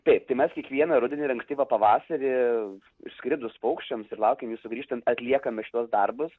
taip tai mes kiekvieną rudenį ir ankstyvą pavasarį išskridus paukščiams ir laukiam jų sugrįžtant atliekame šituos darbus